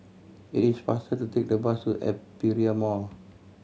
it is faster to take the bus to Aperia Mall